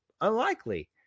Unlikely